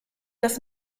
dass